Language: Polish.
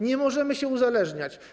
Nie możemy się uzależniać.